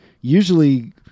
usually